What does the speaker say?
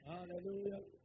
Hallelujah